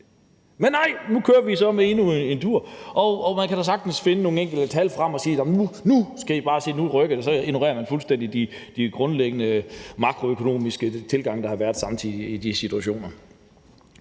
Men nej, nu kører vi så endnu en tur. Og man kan da sagtens finde nogle enkelte tal frem og sige, at nu skal I bare se, og at nu rykker det, og så fuldstændig ignorere de grundlæggende makroøkonomiske tilgange, der har været samtidig, i de situationer.